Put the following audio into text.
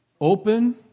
open